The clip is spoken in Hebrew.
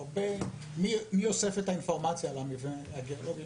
מי אוסף את האינפורמציה על המבנה הגיאולוגי